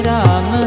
Ram